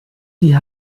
die